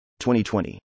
2020